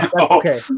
okay